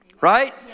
Right